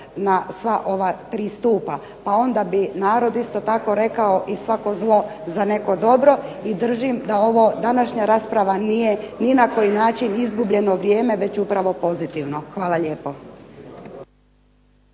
na sva ova tri stupa. Pa onda bi narod isto tako rekao i svako zlo za neko dobro, i držim da ovo, današnja rasprava nije ni na koji način izgubljeno vrijeme, već upravo pozitivno. Hvala lijepo.